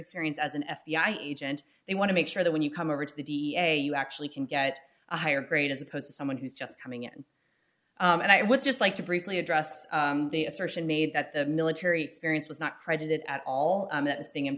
experience as an f b i agent they want to make sure that when you come over to the d a you actually can get a higher grade as opposed to someone who's just coming in and i would just like to briefly address the assertion made that the military experience was not credited at all that this thing